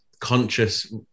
conscious